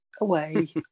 away